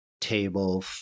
table